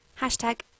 Hashtag